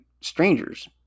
strangers